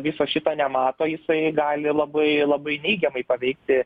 viso šito nemato jisai gali labai labai neigiamai paveikti